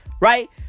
Right